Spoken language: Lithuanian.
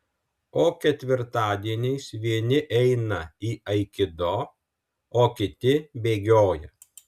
o ketvirtadieniais vieni eina į aikido o kiti bėgioja